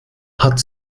hat